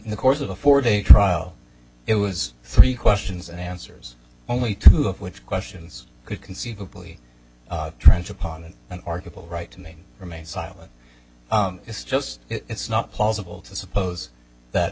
the course of a four day trial it was three questions and answers only two of which questions could conceivably trench upon an article right to name remain silent is just it's not possible to suppose that